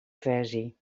versie